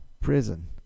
prison